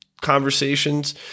conversations